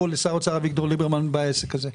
תודה רבה לשר האוצר אביגדור ליברמן בעסק הזה.